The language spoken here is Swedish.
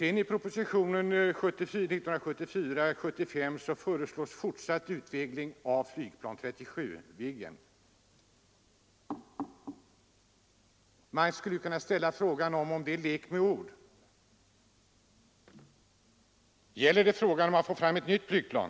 I propositionen 75 år 1974 föreslås också fortsatt utveckling av flygplan 37 Viggen. Man skulle vilja ställa frågan om detta är en lek med ord. Är det inte här fråga om att ta fram ett nytt flygplan?